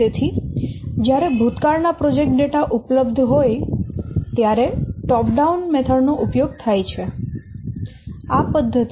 તેથી જ્યારે ભૂતકાળ ના પ્રોજેક્ટ ડેટા ઉપલબ્ધ હોય ત્યારે ટોપ ડાઉન પદ્ધતિ નો ઉપયોગ થાય છે